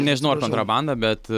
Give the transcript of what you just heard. nežinau ar kontrabandą bet